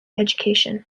education